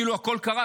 כאילו הכול קרס,